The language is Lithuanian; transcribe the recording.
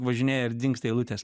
važinėja ir dingsta eilutės